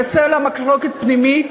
לסלע המחלוקת הפנימית,